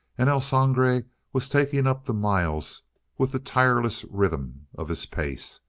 and el sangre was taking up the miles with the tireless rhythm of his pace.